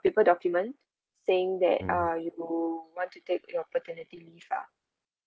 paper document saying that uh you want to take your paternity leave ah